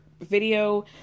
video